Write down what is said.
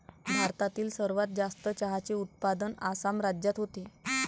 भारतातील सर्वात जास्त चहाचे उत्पादन आसाम राज्यात होते